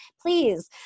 please